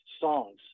songs